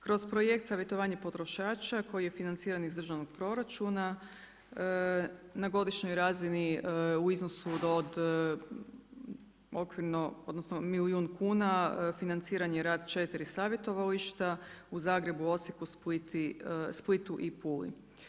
Kroz projekt Savjetovanje potrošača koji je financiran iz državnog proračuna na godišnjoj razini u iznosu od okvirno odnosno milijun kuna financiran je rad četiri savjetovališta, u Zagrebu, Osijeku, Splitu i Puli.